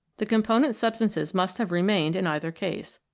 the component substances must have remained in either case.